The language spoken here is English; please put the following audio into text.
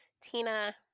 Tina